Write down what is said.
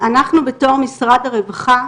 אנחנו בתור משרד הרווחה,